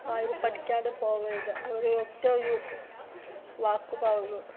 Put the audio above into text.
ആരും പഠിക്കാതെ പോകരുത് അതൊര് ഒറ്റൊരു വാക്ക് പറഞ്ഞു